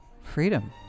freedom